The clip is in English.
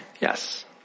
Yes